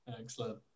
Excellent